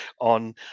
on